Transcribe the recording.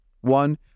One